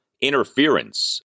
interference